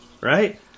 right